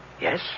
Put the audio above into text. Yes